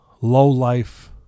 low-life